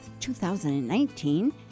2019